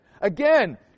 Again